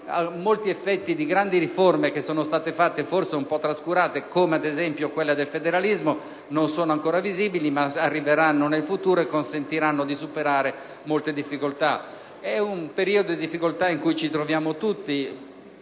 molti effetti di grandi riforme che sono state attuate (forse un po' trascurate, come ad esempio quella del federalismo) non sono ancora visibili, ma arriveranno nel futuro e consentiranno di superare molte difficoltà. È un periodo di difficoltà in cui ci troviamo tutti.